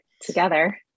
together